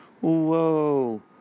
whoa